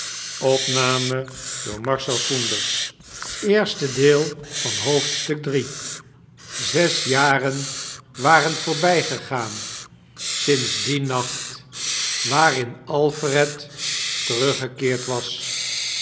gedeelte zes jaren waren voonbijgegaan sinds dien nacht waarin alfred teruggekieerd was